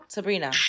Sabrina